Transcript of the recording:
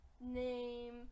name